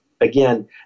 again